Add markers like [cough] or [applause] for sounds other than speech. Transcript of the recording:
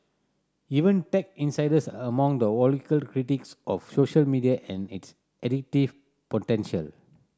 even tech insiders are among the [unintelligible] critics of social media and its addictive potential